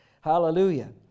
Hallelujah